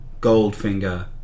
Goldfinger